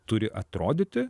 turi atrodyti